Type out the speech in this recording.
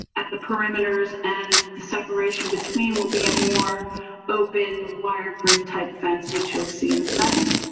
at the parameters and separation between will be a more open wire grid type fence, which you'll see in a second.